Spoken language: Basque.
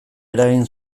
eragin